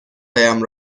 هایم